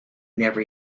never